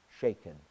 shaken